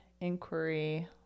inquiry